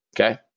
Okay